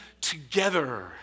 together